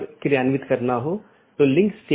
एक चीज जो हमने देखी है वह है BGP स्पीकर